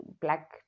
black